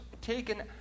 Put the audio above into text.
taken